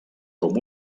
com